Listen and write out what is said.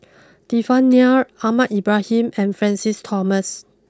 Devan Nair Ahmad Ibrahim and Francis Thomas